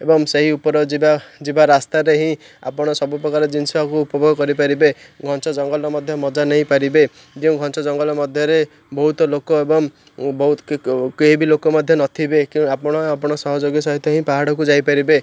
ଏବଂ ସେହି ଉପରେ ଯିବା ରାସ୍ତାରେ ହିଁ ଆପଣ ସବୁପ୍ରକାର ଜିନିଷକୁ ଉପଭୋଗ କରିପାରିବେ ଘଞ୍ଚ ଜଙ୍ଗଲର ମଧ୍ୟ ମଜା ନେଇପାରିବେ ଯେଉଁ ଘଞ୍ଚ ଜଙ୍ଗଲ ମଧ୍ୟରେ ବହୁତ ଲୋକ ଏବଂ କେହି ବି ଲୋକ ମଧ୍ୟ ନଥିବେ ଆପଣ ଆପଣଙ୍କ ସହଯୋଗୀ ସହିତ ହିଁ ପାହାଡ଼କୁ ଯାଇପାରିବେ